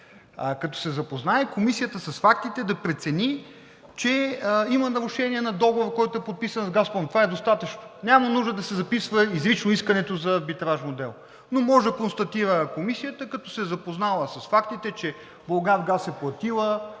Добрев. …Комисията с фактите, да прецени, че има нарушение на договора, който е подписан с „Газпром“. Това е достатъчно. Няма нужда да се записва изрично искането за арбитражно дело, но може да констатира комисията, като се е запознала с фактите, че „Булгаргаз“ е платил